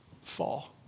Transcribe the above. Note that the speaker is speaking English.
fall